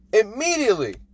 Immediately